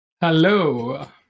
Hello